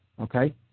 okay